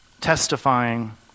testifying